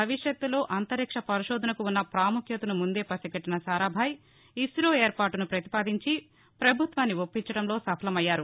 భవిష్యత్తులో అంతరిక్ష పరిశోధనకు ఉ న్న ప్రాముఖ్యతను ముందే పసిగట్లిన సారాభాయ్ ఇస్లో ఏర్పాటును ప్రతిపాదించి ప్రభుత్వాన్ని ఒప్పించడంలో సఫలమయ్యారు